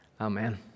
Amen